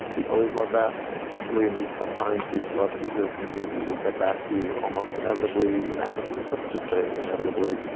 we always love that, especially in these tough times. we'd love to hear from you. we will get back to you. almost inevitably, inevitably, let's just say inevitably,